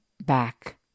back